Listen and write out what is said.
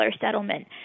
settlement